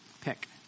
Pick